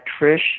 Trish